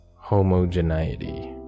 homogeneity